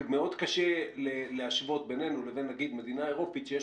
ומאוד קשה להשוות בינינו לבין מדינה אירופית שיש